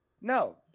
No